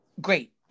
Great